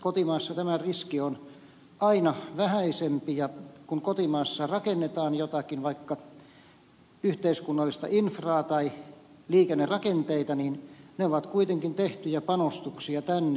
kotimaassa tämä riski on aina vähäisempi ja kun kotimaassa rakennetaan jotakin vaikka yhteiskunnallista infraa tai liikennerakenteita niin ne ovat kuitenkin tehtyjä panostuksia tänne